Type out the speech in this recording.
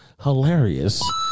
hilarious